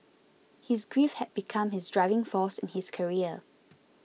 his grief had become his driving force in his career